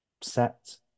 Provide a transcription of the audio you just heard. set